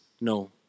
No